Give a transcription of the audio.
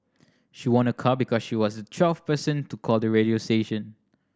she won a car because she was the twelfth person to call the radio station